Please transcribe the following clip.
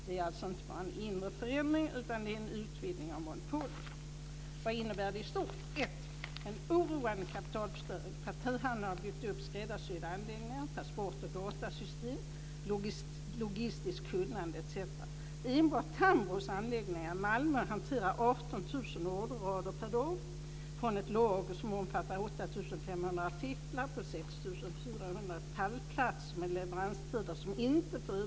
Det är alltså inte bara en inre förändring utan det är en utvidgning av monopolet. Vad innebär detta i stort? För det första: Det är en oroande kapitalförstöring. Partihandeln har byggt upp skräddarsydda anläggningar, transport och datasystem, logistiskt kunnande etc.